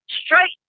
straight